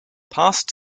past